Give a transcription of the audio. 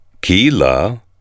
Kila